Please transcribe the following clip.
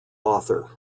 author